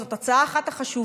זאת הצעה שהיא אחת החשובות